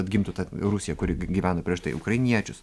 atgimtų ta rusija kuri gyveno prieš tai ukrainiečius